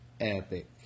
epic